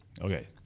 Okay